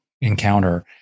encounter